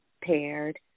paired